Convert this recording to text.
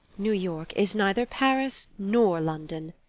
new york is neither paris nor london.